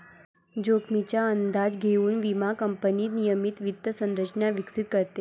जोखमीचा अंदाज घेऊन विमा कंपनी नियमित वित्त संरचना विकसित करते